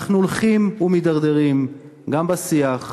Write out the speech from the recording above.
אנחנו הולכים ומידרדרים גם בשיח,